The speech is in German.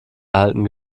erhalten